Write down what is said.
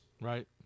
Right